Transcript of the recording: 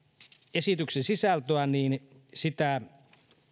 esityksen sisältöä niin sitä